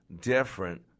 different